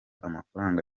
amafaranga